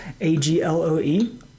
A-G-L-O-E